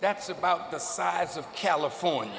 that's about the size of california